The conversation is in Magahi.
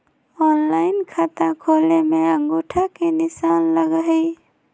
ऑनलाइन खाता खोले में अंगूठा के निशान लगहई?